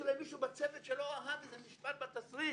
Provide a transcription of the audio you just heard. אולי מישהו בצוות שלא אהב משפט בתסריט,